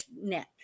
net